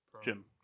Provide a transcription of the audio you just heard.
Jim